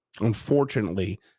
unfortunately